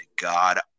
God